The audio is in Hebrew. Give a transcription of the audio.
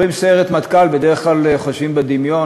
אומרים "סיירת מטכ"ל" ובדרך כלל חושבים בדמיון